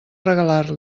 regalar